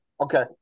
okay